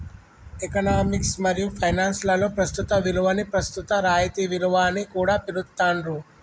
economics మరియు finance లలో ప్రస్తుత విలువని ప్రస్తుత రాయితీ విలువ అని కూడా పిలుత్తాండ్రు